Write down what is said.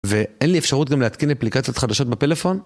ואין לי אפשרות גם להתקין אפליקציות חדשות בפלאפון?